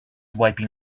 wiping